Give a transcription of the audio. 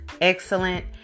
excellent